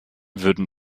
würden